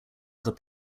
other